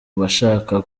bashaka